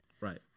Right